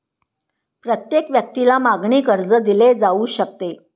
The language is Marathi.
प्रत्येक व्यक्तीला मागणी कर्ज दिले जाऊ शकते